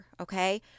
okay